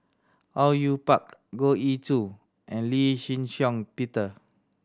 Au Yue Pak Goh Ee Choo and Lee Shih Shiong Peter